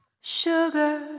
Sugar